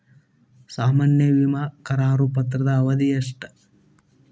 ಸಾಮಾನ್ಯ ವಿಮಾ ಕರಾರು ಪತ್ರದ ಅವಧಿ ಎಷ್ಟ?